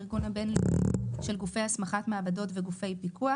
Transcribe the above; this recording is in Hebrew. הארגון הבין-לאומי של גופי הסמכת מעבדות וגופי פיקוח